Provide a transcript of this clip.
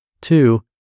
Two